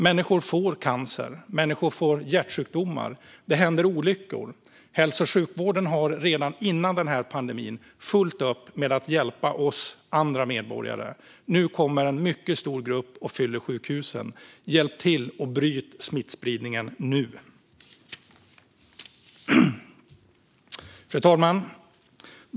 Människor får cancer. Människor får hjärtsjukdomar. Det händer olyckor. Hälso och sjukvården hade redan före pandemin fullt upp med att hjälpa oss andra medborgare. Nu kommer en mycket stor grupp och fyller sjukhusen. Hjälp till att bryta smittspridningen nu! Fru talman!